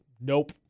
nope